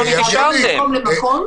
מכוניות.